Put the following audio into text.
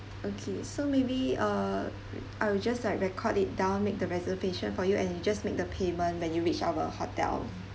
okay so maybe uh I will just like record it down make the reservation for you and you just make the payment when you reach our hotel